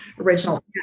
original